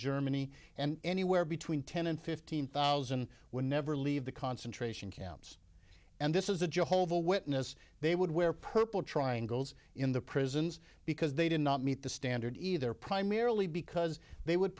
germany and anywhere between ten and fifteen thousand would never leave the concentration camps and this is a jehovah witness they would wear purple triangles in the prisons because they did not meet the standard either primarily because they would